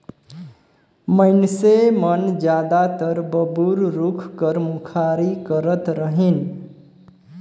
मइनसे मन जादातर बबूर रूख कर मुखारी करत रहिन